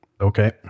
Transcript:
Okay